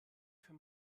für